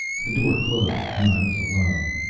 the door closed, and i was alone.